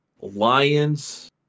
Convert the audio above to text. Lions